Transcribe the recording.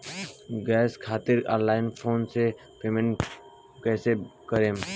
Gas खातिर online phone से payment कैसे करेम?